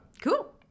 Cool